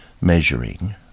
measuring